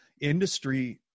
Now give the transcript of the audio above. industry